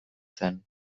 zen